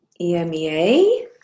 EMEA